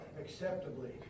acceptably